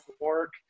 work